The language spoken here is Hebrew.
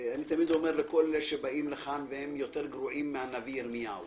אומר לכל אלה שבאים לכאן והם יותר גרועים מהנביא ירמיהו